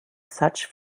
such